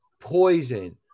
Poison